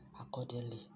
accordingly